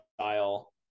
style